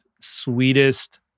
sweetest